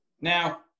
Now